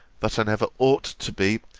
that i never ought to be,